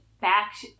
back